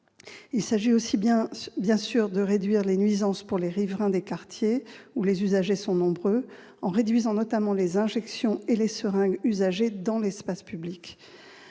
Il s'agit aussi, bien sûr, de réduire les nuisances pour les riverains des quartiers où les usagers sont nombreux, en réduisant notamment les injections et les seringues usagées dans l'espace public.